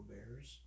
Bears